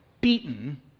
beaten